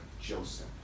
Joseph